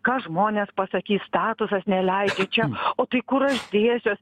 ką žmonės pasakys statusas neleidžia čia o tai kur aš dėsiuos